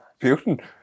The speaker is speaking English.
Putin